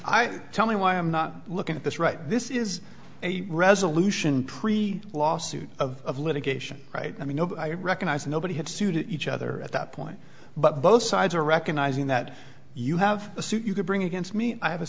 i'll tell me why i'm not looking at this right this is a resolution pre lawsuit of litigation right i mean i recognize nobody had sued each other at that point but both sides are recognizing that you have a suit you could bring against me i have a